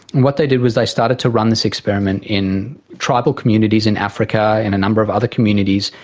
what they did was they started to run this experiment in tribal communities in africa, in a number of other communities,